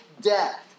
death